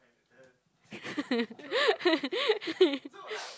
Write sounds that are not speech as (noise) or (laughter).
(laughs)